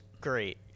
great